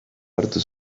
hartu